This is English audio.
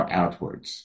outwards